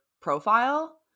profile